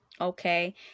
okay